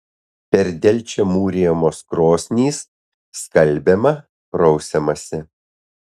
per delčią mūrijamos krosnys skalbiama prausiamasi